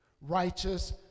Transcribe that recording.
Righteous